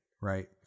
right